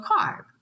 carb